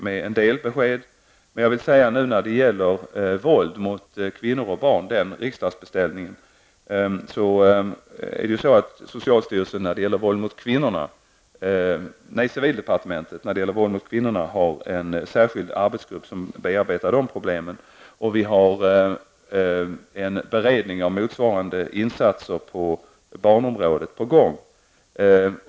Men jag vill säga redan nu när det gäller riksdagsbeställningen angående frågan om våld mot kvinnor och barn att civildepartementet har en särskild arbetsgrupp som bearbetar problemet med våld mot kvinnor. Inom socialdepartementet pågår en beredning av motsvarande insatser på barnområdet.